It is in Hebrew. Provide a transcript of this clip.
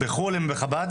בחוץ לארץ הן בחב"ד?